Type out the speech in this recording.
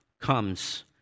comes